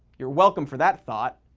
you're welcome for that thought.